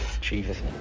jesus